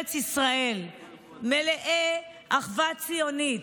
לארץ ישראל מלאי אחווה ציונית.